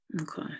okay